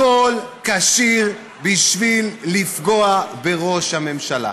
הכול כשיר בשביל לפגוע בראש הממשלה.